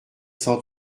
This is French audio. cent